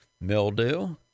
mildew